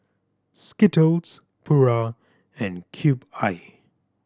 Skittles Pura and Cube I